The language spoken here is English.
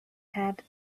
had